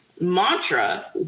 mantra